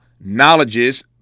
Knowledges